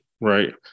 Right